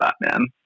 Batman